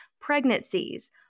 pregnancies